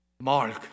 Mark